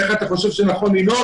איך אתה חושב שנכון לנהוג?